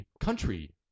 country